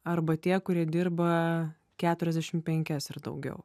arba tie kurie dirba keturiasdešim penkias ir daugiau